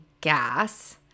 gas